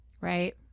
Right